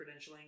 credentialing